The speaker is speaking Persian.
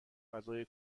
غذای